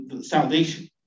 salvation